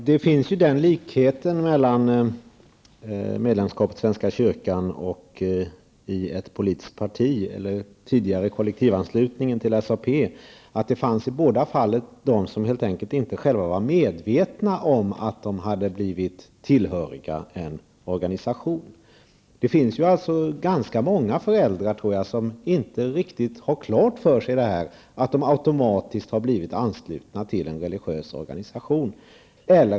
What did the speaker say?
Herr talman! En likhet mellan medlemskap i svenska kyrkan och medlemskap i ett politiskt parti, tidigare kollektivanslutning till SAP, är att det i båda fallen fanns de som helt enkelt själva inte var medvetna om att de hade blivit tillhöriga en organisation. Det finns alltså många svenska föräldrar som inte riktigt har klart för sig att de eller deras barn automatiskt har blivit anslutna till en religiös organisation.